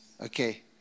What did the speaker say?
Okay